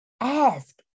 ask